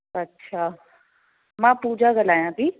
अच्छा मां पुजा ॻाल्हायां थी